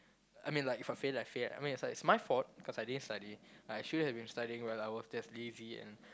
I mean like If I fail I fail I mean like it's my fault because I didn't study I should have been studying well I was just lazy and